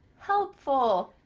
helpful,